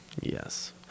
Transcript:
yes